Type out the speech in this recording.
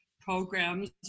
programs